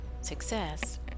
success